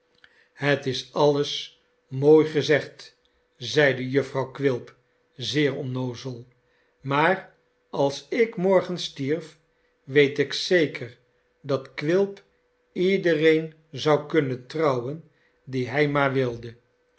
het is alles mooi gezegd zeide jufvrouw quilp zeer onnoozel maar als ik mgrgen stierf weet ik zeker dat quilp iedereen zou kunnen trouwen die hij maar wilde